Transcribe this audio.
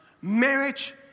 marriage